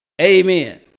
Amen